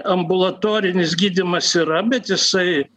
ambulatorinis gydymas yra bet jisai